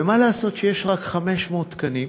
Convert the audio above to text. ומה לעשות שיש רק 500 תקנים